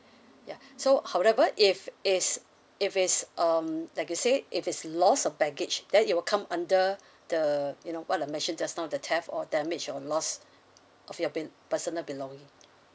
ya so however if it's if it's um like you say if it's loss of baggage then it will come under the you know what I mentioned just now the theft or damage or loss of your bel~ personal belonging